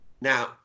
Now